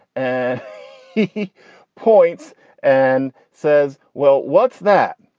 and he points and says, well, what's that?